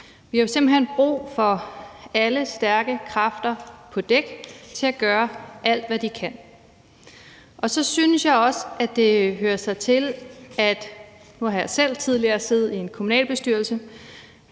hen brug for alle stærke kræfter på dæk til at gøre alt, hvad de kan. Nu har jeg selv tidligere siddet i en kommunalbestyrelse.